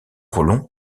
plein